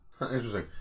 Interesting